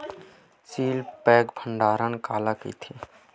Seal pack भंडारण काला कइथे?